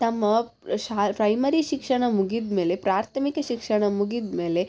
ತಮ್ಮ ಶಾ ಪ್ರೈಮರಿ ಶಿಕ್ಷಣ ಮುಗಿದಮೇಲೆ ಪ್ರಾಥಮಿಕ ಶಿಕ್ಷಣ ಮುಗಿದಮೇಲೆ